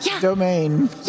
domain